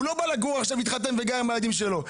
הוא לא התחתן ובא לגור עם הילדים שלו.